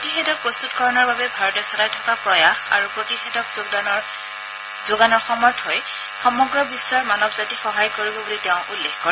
প্ৰতিষেধক প্ৰস্তুতকৰণৰ বাবে ভাৰতে চলাই থকা প্ৰয়াস আৰু প্ৰতিষেধক যোগানৰ সামৰ্থই সমগ্ৰ বিশ্বৰ মানৱ জাতিক সহায় কৰিব বুলি তেওঁ উল্লেখ কৰে